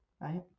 right